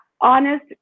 honest